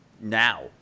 now